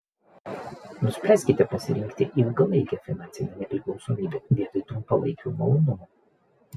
nuspręskite pasirinkti ilgalaikę finansinę nepriklausomybę vietoj trumpalaikių malonumų